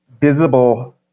visible